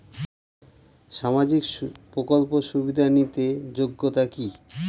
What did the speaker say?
সামাজিক প্রকল্প সুবিধা নিতে যোগ্যতা কি?